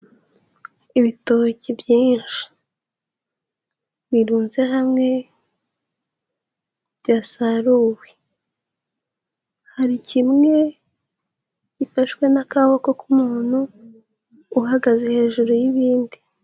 Ibitoki byinshi birunze hamwe byasaruwe, hari kimwe gifashwe n'akaboko k'umuntu uhagaze hejuru y'ibindi.